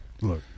look